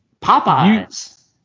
Popeyes